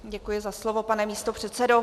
Děkuji za slovo, pane místopředsedo.